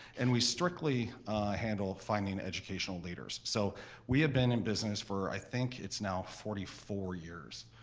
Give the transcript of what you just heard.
and we strictly handle finding educational leaders. so we have been in business for, i think it's now forty four years,